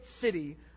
city